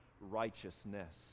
righteousness